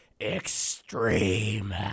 extreme